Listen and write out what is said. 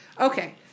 Okay